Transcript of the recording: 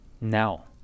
now